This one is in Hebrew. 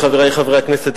חברי חברי הכנסת,